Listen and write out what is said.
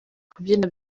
kubyina